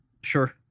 Sure